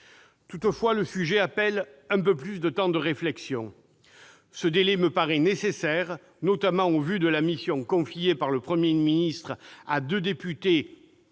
Toutefois, le sujet appelle à un peu plus de temps de réflexion. Ce délai me paraît nécessaire, notamment au vu de la mission confiée par le Premier ministre à deux députés,